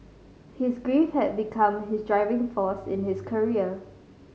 his grief had become his driving force in his career